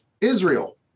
Israel